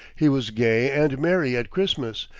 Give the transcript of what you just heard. he was gay and merry at christmas,